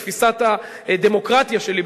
כך בתפיסת הדמוקרטיה שלי,